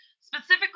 specifically